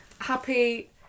Happy